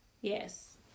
Yes